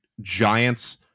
giants